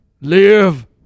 Live